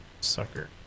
sucker